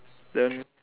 then